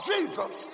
Jesus